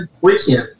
weekend